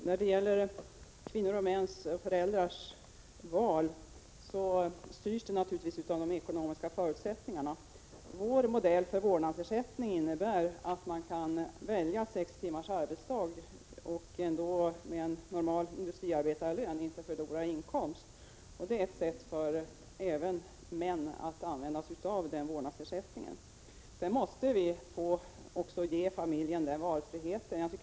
Herr talman! Kvinnors och mäns val styrs naturligtvis av de ekonomiska förutsättningarna. Vår modell för vårdnadsersättningen är att man skall kunna välja sex timmars arbetsdag och ändå, med en normal industriarbetarlön, inte förlora inkomst. Det är ett sätt även för män att använda sig av vårdnadsersättningen. Vi måste ge familjen valfriheten. Jag vill inte att samhället skall styra hur — Prot.